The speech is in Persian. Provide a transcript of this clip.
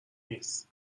نیست